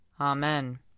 Amen